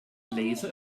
laser